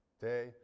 day